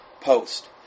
Post